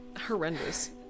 Horrendous